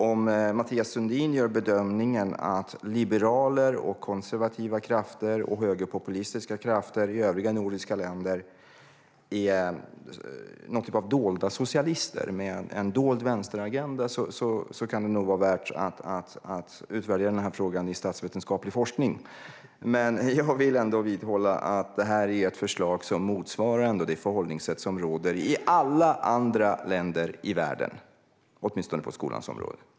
Om Mathias Sundin gör bedömningen att liberaler, konservativa krafter och högerpopulistiska krafter i övriga nordiska länder är någon typ av dolda socialister med en dold vänsteragenda kan det nog vara värt att utvärdera den här frågan i statsvetenskaplig forskning. Men jag vill ändå vidhålla att det här är ett förslag som motsvarar det förhållningssätt som råder i alla andra länder i världen, åtminstone på skolans område.